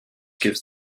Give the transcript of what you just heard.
gives